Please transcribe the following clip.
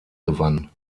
gewann